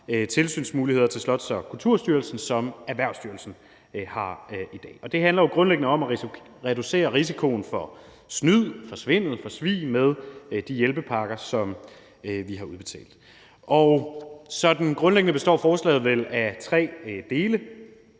tilsynsmuligheder for Slots- og Kulturstyrelsen, som Erhvervsstyrelsen har i dag. Det handler jo grundlæggende om at reducere risikoen for snyd, for svindel og for svig med de hjælpepakker, som vi har udbetalt. Grundlæggende består forslaget vel af tre dele.